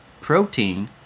protein